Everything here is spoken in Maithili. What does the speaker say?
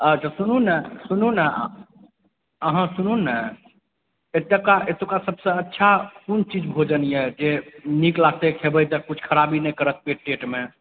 अच्छा सुनुने सुनुने अहाँ सुनुने एतुका एतुका सबसँ अच्छा कौन चीज भोजन यऽ जऽ नीक लागतै खेबै तऽ किछु खराबी नहि करत पेट टेटमे